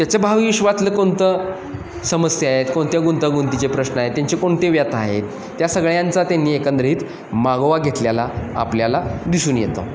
त्याचं भावविश्वातलं कोणतं समस्या आहेत कोणत्या गुंतागुंतीचे प्रश्न आहेत त्यांचे कोणते व्यथा आहेत त्या सगळ्यांचा त्यांनी एकंदरीत मागोवा घेतलेला आपल्याला दिसून येतं